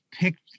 picked